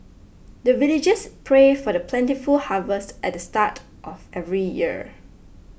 the villagers pray for plentiful harvest at the start of every year